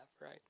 right